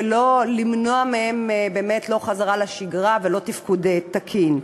ולא למנוע מהן, באמת, חזרה לשגרה ותפקוד תקין.